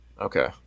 Okay